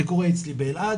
זה קורה אצלי באלעד,